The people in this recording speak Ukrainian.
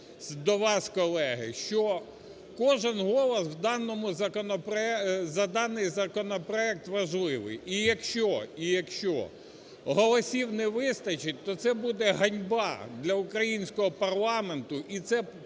до вас, колеги, що кожен голос за даний законопроект важливий. І якщо, і якщо голосів не вистачить, то це буде ганьба для українського парламенту і це